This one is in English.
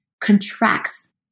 contracts